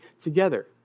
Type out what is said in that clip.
together